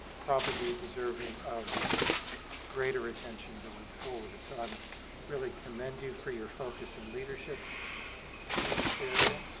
probably deserving of greater attention going forward. so i um really commend you for your focus in leadership in this area.